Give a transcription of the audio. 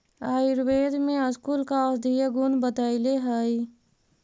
आयुर्वेद में स्कूल का औषधीय गुण बतईले हई